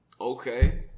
Okay